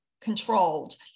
controlled